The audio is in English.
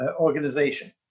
organization